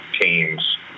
teams